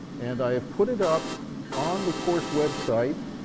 and i have put it up on the course website,